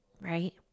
right